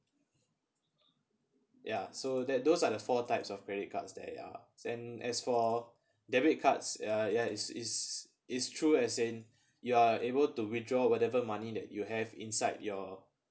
ya so that those are the four types of credit cards there ya and as for debit cards ya ya is is is true as in you are able to withdraw whatever money that you have inside your